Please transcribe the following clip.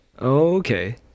Okay